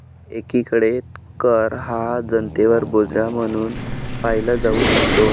एकीकडे कर हा जनतेवर बोजा म्हणून पाहिला जाऊ शकतो